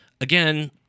again